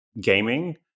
gaming